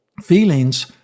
feelings